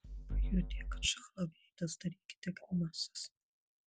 pajutę kad šąla veidas darykite grimasas